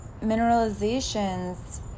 mineralizations